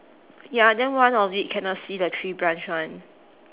ya then one of it cannot see the tree branch [one]